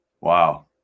Wow